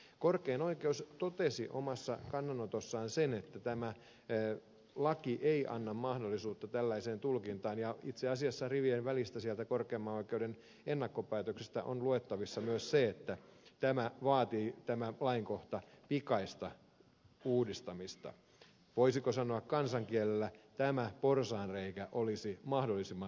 korkein oikeus totesi omassa kannanotossaan sen että tämä laki ei anna mahdollisuutta tällaiseen tulkintaan ja itse asiassa rivien välistä sieltä korkeimman oikeuden ennakkopäätöksestä on luettavissa myös se että tämä lainkohta vaatii pikaista uudistamista voisiko sanoa kansan kielellä tämä porsaanreikä olisi mahdollisimman nopeasti tukittava